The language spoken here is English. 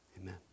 Amen